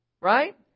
Right